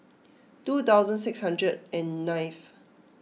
two thousand six hundred and ninth